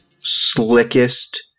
slickest